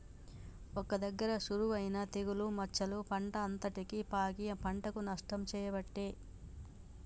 ఒక్క దగ్గర షురువు అయినా తెగులు మచ్చలు పంట అంతటికి పాకి పంటకు నష్టం చేయబట్టే